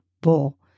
bull